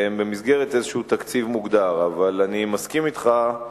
והם במסגרת איזה תקציב מוגדר, אבל אני מסכים אתך,